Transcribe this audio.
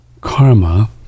karma